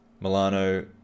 Milano